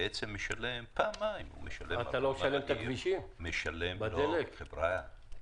ישלם בעצם פעמיים -- אתה לא משלם את הכבישים ואת הגשרים